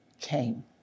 came